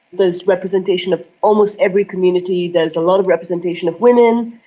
there's representation of almost every community, there's a lot of representation of women,